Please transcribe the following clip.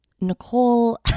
Nicole